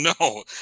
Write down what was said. no